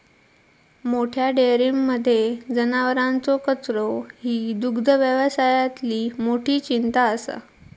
मोठ्या डेयरींमध्ये जनावरांचो कचरो ही दुग्धव्यवसायातली मोठी चिंता असा